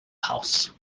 house